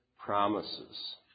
promises